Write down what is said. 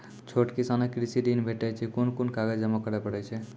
छोट किसानक कृषि ॠण भेटै छै? कून कून कागज जमा करे पड़े छै?